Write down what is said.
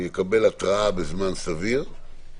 יקבל התראה בזמן סביר,